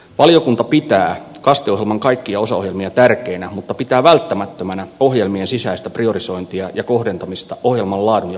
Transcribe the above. valiokunta pitää kaste ohjelman kaikkia osaohjelmia tärkeinä mutta pitää välttämättömänä ohjelmien sisäistä priorisointia ja kohdentamista ohjelman laadun ja vaikuttavuuden varmistamiseksi